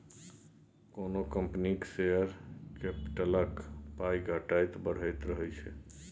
कोनो कंपनीक शेयर कैपिटलक पाइ घटैत बढ़ैत रहैत छै